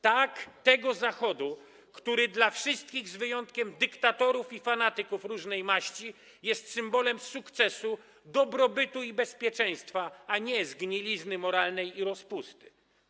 Tak, tego Zachodu, który dla wszystkich, z wyjątkiem dyktatorów i fanatyków różnej maści, jest symbolem sukcesu, dobrobytu i bezpieczeństwa, a nie zgnilizny moralnej i rozpusty.